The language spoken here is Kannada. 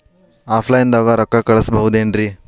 ಆಫ್ಲೈನ್ ದಾಗ ರೊಕ್ಕ ಕಳಸಬಹುದೇನ್ರಿ?